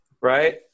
Right